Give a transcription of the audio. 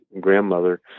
grandmother